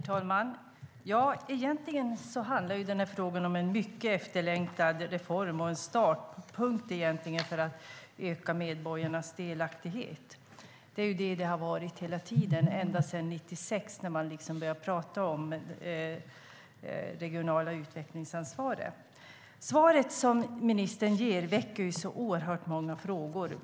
Herr talman! Egentligen handlar den här frågan om en mycket efterlängtad reform och en startpunkt för att öka medborgarnas delaktighet. Så har det varit hela tiden ända sedan 1996 när man började prata om det regionala utvecklingsansvaret. Svaret som ministern ger väcker så oerhört många frågor.